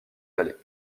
vallées